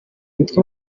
bitwa